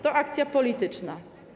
To akcja polityczna.